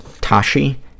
Tashi